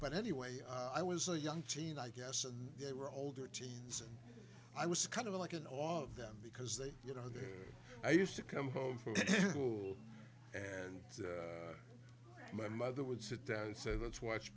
but anyway i was a young teen i guess and they were older teens and i was kind of like an all of them because they you know they i used to come home from school and my mother would sit down and say let's watch